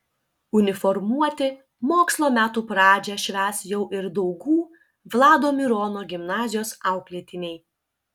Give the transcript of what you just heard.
uniformuoti mokslo metų pradžią švęs jau ir daugų vlado mirono gimnazijos auklėtiniai